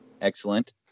Excellent